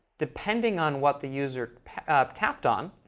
depending on what the user tapped on,